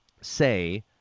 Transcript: say